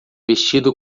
vestido